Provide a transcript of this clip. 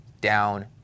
down